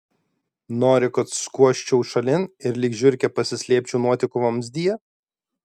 nori kad skuosčiau šalin ir lyg žiurkė pasislėpčiau nuotekų vamzdyje